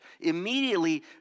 Immediately